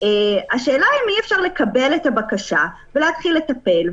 השאלה אם אי אפשר לקבל את הבקשה ולהתחיל לטפל,